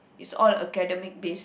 it's all academic based